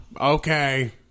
Okay